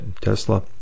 Tesla